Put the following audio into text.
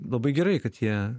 labai gerai kad jie